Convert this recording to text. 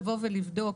לבוא ולבדוק